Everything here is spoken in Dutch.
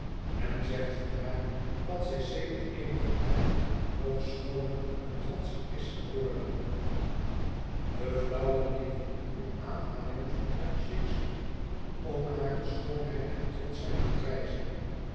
men zegt van haar dat zij sedert eenigen tijd nog schooner en trotscher is geworden de flauwe neef doet aanhalingen uit shakspeare om hare schoonheid en trotschheid te prijzen